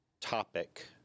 topic